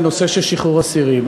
על הנושא של שחרור אסירים.